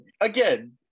again